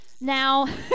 now